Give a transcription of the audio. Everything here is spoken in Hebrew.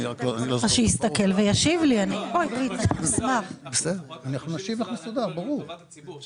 ונמשיך לפעול בהיבט הזה לטובת הציבור.